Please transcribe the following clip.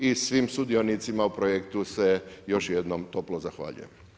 I svim sudionicima u projektu se još jednom toplo zahvaljujem.